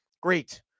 Great